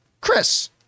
Chris